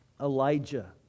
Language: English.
Elijah